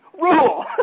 rule